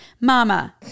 Mama